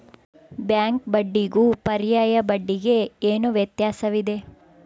Bank ಬಡ್ಡಿಗೂ ಪರ್ಯಾಯ ಬಡ್ಡಿಗೆ ಏನು ವ್ಯತ್ಯಾಸವಿದೆ?